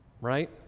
right